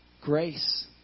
grace